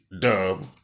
Dub